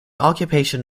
occupation